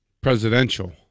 Presidential